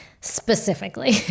specifically